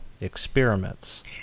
experiments